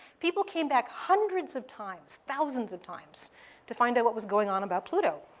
people came back hundreds of times, thousands of times to find out what was going on about pluto.